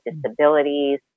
disabilities